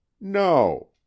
no